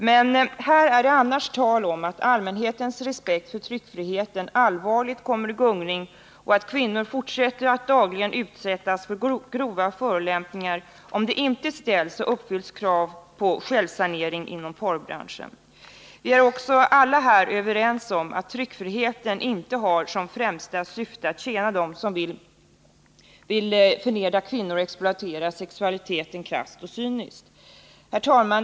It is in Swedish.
Men här är det annars tal om att allmänhetens respekt för tryckfriheten allvarligt kommer i gungning och att kvinnor dagligen utsätts för grova förolämpningar, om det inte ställs och uppfylls krav på självsanering inom porrbranschen. Vi är också alla här överens om att tryckfriheten inte har som främsta syfte att tjäna dem som vill förnedra kvinnor och exploatera sexualiteten krasst och cyniskt. Herr talman!